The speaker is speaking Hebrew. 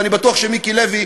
ואני בטוח שמיקי לוי,